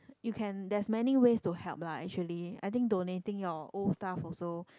you can there's many ways to help lah actually I think donating your old stuff also